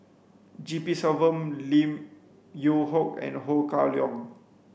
G P Selvam Lim Yew Hock and Ho Kah Leong